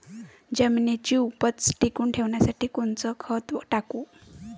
जमिनीची उपज टिकून ठेवासाठी कोनचं खत टाकू?